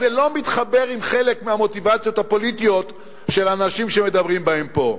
זה לא מתחבר עם חלק מהמוטיבציות הפוליטיות של האנשים שמדברים בהם פה.